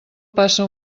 passa